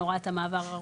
הוראת המעבר הארוכה.